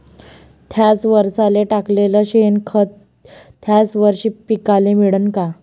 थ्याच वरसाले टाकलेलं शेनखत थ्याच वरशी पिकाले मिळन का?